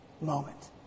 moment